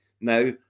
now